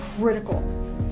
critical